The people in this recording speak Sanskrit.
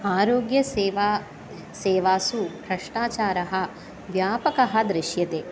आरोग्यसेवासु सेवा भ्रष्टाचारः व्यापकः दृश्यते